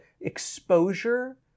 exposure